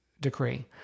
decree